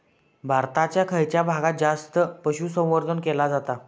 भारताच्या खयच्या भागात जास्त पशुसंवर्धन केला जाता?